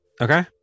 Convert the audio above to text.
okay